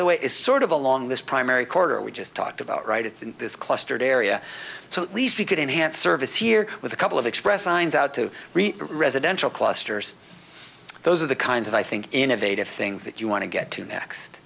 the way is sort of along this primary quarter we just talked about right it's in this clustered area so at least we could enhance service year with a couple of express signs out to residential clusters those are the kinds of i think innovative things that you want to get to